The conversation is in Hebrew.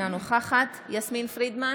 אינה נוכחת יסמין פרידמן,